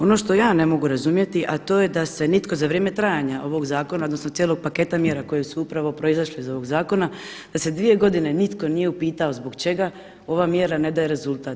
Ono što ja ne mogu razumjeti, a to je da se nitko za vrijeme trajanja ovog zakona, odnosno cijelog paketa mjera koji su upravo proizašli iz ovog zakona da se dvije godine nitko nije upitao zbog čega ova mjera ne daje rezultat.